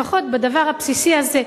לפחות בדבר הבסיסי הזה,